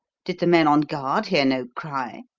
did the men on guard hear no cry?